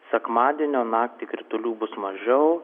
sekmadienio naktį kritulių bus mažiau